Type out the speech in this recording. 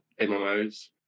MMOs